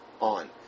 on